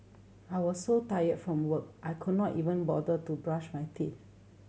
I was so tired from work I could not even bother to brush my teeth